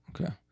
okay